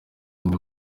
andi